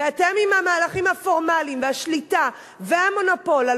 ואתם עם המהלכים הפורמליים והשליטה והמונופול על